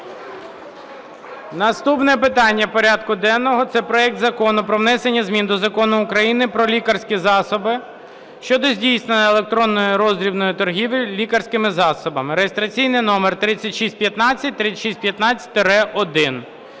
Наступне питання порядку денного – це проект Закону про внесення змін до Закону України "Про лікарські засоби" (щодо здійснення електронної роздрібної торгівлі лікарськими засобами) (реєстраційний номер 3615, 3615-1).